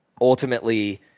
ultimately